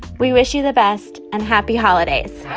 we wish you the best, and happy holidays